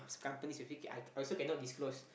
this companies with it I also cannot disclose